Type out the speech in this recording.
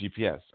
GPS